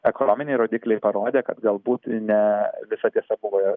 ekonominiai rodikliai parodė kad galbūt ne visa tiesa buvo